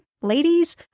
ladies